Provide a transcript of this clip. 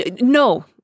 No